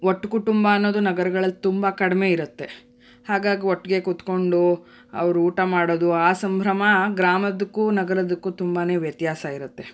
ಒಟ್ಟು ಕುಟುಂಬ ಅನ್ನೋದು ನಗರಗಳಲ್ಲಿ ತುಂಬ ಕಡಿಮೆ ಇರುತ್ತೆ ಹಾಗಾಗಿ ಒಟ್ಟಿಗೆ ಕೂತ್ಕೊಂಡು ಅವ್ರು ಊಟ ಮಾಡೋದು ಆ ಸಂಭ್ರಮ ಗ್ರಾಮದಕ್ಕೂ ನಗರದಕ್ಕೂ ತುಂಬಾ ವ್ಯತ್ಯಾಸ ಇರುತ್ತೆ